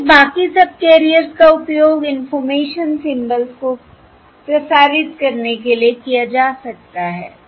इसलिए बाकी सबकैरियर्स का उपयोग इंफॉर्मेशन सिंबल्स को प्रसारित करने के लिए किया जा सकता है